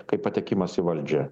kaip patekimas į valdžią